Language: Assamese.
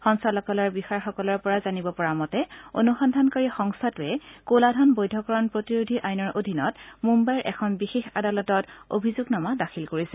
সঞ্চালকালয়ৰ বিষয়াসকলৰ পৰা জানিব পৰা মতে অনুসন্ধানকাৰী সংস্থাটোৱে ক'লা ধন বৈধকৰণ প্ৰতিৰোধী আইনৰ অধীনত মুম্বাইৰ এখন বিশেষ আদালতত অভিযোগনামা দাখিল কৰিছে